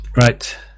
Right